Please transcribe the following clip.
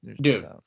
Dude